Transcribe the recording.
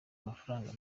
amafaranga